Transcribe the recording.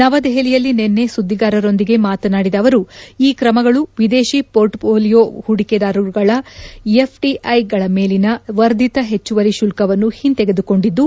ನವದೆಹಲಿಯಲ್ಲಿ ನಿನ್ನೆ ಸುದ್ಲಿಗಾರರೊಂದಿಗೆ ಮಾತನಾಡಿದ ಅವರು ಈ ತ್ರಮಗಳು ವಿದೇಶಿ ಸೋರ್ಟ್ ಪೊಲೀಯೋ ಹೂಡಿಕೆದಾರರುಗಳ ಎಫ್ಟಿಐಗಳ ಮೇಲಿನ ವರ್ಧಿತ ಹೆಚ್ಚುವರಿ ಶುಲ್ಲವನ್ನು ಹಿಂತೆಗೆದುಕೊಂಡಿದ್ದು